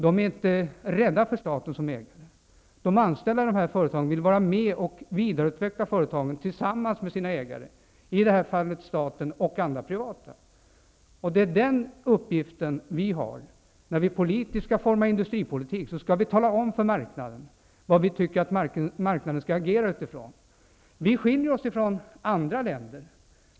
De är inte rädda för staten som ägare. De anställda vill vara med och vidareutveckla företagen tillsammans med sina ägare, i det här fallet staten och privata intressenter. När vi utformar industripolitiken, skall vi tala om för marknaden vad vi tycker att marknaden skall agera utifrån. Sverige skiljer sig i det avseendet från andra länder.